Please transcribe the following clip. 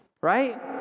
Right